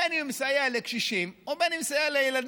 בין אם הוא מסייע לקשישים או בין אם הוא מסייע לילדים